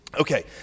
Okay